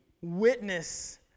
witness